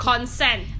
Consent